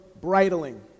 bridling